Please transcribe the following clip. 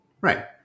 Right